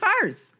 first